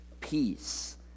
peace